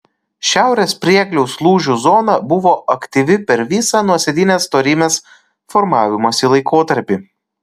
šiaurės priegliaus lūžių zona buvo aktyvi per visą nuosėdinės storymės formavimosi laikotarpį